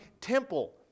temple